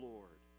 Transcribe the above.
Lord